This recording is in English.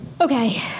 Okay